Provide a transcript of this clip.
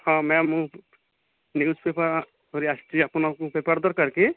ହଁ ମ୍ୟାମ ମୁଁ newspaper ଧରି ଆସିଛି ଆପଣଙ୍କୁ ପେପର୍ ଦରକାର କି